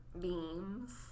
beams